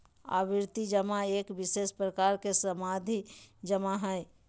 आवर्ती जमा एक विशेष प्रकार के सावधि जमा हइ